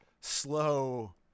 slow